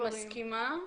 אני מסכימה.